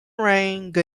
range